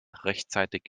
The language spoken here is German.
rechtzeitig